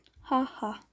Haha